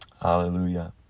Hallelujah